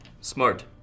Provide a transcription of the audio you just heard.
Smart